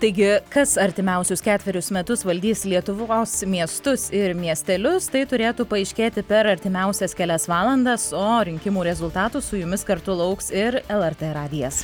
taigi kas artimiausius ketverius metus valdys lietuvos miestus ir miestelius tai turėtų paaiškėti per artimiausias kelias valandas o rinkimų rezultatų su jumis kartu lauks ir lrt radijas